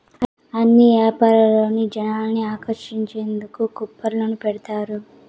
అన్ని యాపారాల్లోనూ జనాల్ని ఆకర్షించేందుకు కూపన్లు పెడతారు